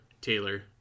Taylor